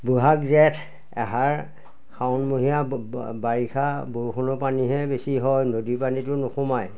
বহাগ জেঠ আহাৰ শাওণমহীয়া বাৰিষা বৰষুণৰ পানীহে বেছি হয় নদী পানীটো নোসোমায়